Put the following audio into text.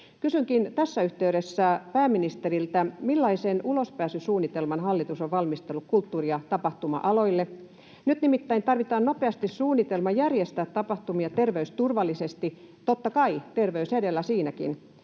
Kysynkin tässä yhteydessä pääministeriltä: millaisen ulospääsysuunnitelman hallitus on valmistellut kulttuuri- ja tapahtuma-aloille? Nyt nimittäin tarvitaan nopeasti suunnitelma järjestää tapahtumia terveysturvallisesti, totta kai terveys edellä siinäkin.